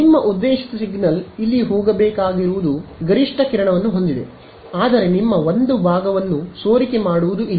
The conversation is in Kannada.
ನಿಮ್ಮ ಉದ್ದೇಶಿತ ಸಿಗ್ನಲ್ ಇಲ್ಲಿಗೆ ಹೋಗಬೇಕಾಗಿರುವುದು ಗರಿಷ್ಠ ಕಿರಣವನ್ನು ಹೊಂದಿದೆ ಆದರೆ ನಿಮ್ಮ ಒಂದು ಭಾಗವನ್ನು ಸೋರಿಕೆ ಮಾಡುವುದು ಇಲ್ಲಿ